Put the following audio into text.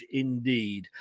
indeed